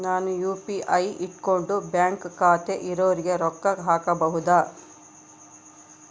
ನಾನು ಯು.ಪಿ.ಐ ಇಟ್ಕೊಂಡು ಬ್ಯಾಂಕ್ ಖಾತೆ ಇರೊರಿಗೆ ರೊಕ್ಕ ಹಾಕಬಹುದಾ?